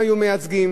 לוועדים השונים,